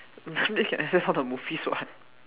then can access all the movies what